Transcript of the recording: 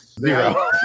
Zero